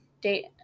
date